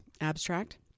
abstract